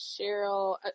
Cheryl